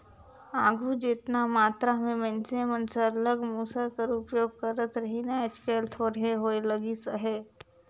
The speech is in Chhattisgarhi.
आघु जेतना मातरा में मइनसे मन सरलग मूसर कर उपियोग करत रहिन आएज काएल थोरहें होए लगिस अहे